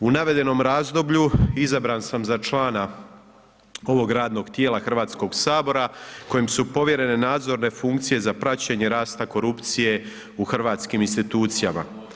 U navedenom razdoblju izabran sam za člana ovog radnog tijela HS-a, kojem su povjerene nadzorne funkcije za praćenje rasta korupcije u hrvatskim institucijama.